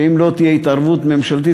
שאם לא תהיה התערבות ממשלתית,